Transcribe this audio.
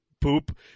poop